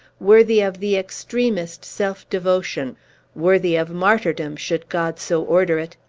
worthy of the extremest self-devotion worthy of martyrdom, should god so order it!